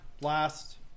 last